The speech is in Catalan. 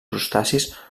crustacis